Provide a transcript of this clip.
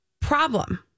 Problem